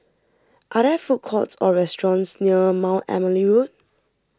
are there food courts or restaurants near Mount Emily Road